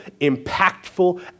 impactful